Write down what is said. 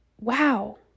wow